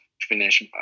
finish